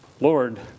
Lord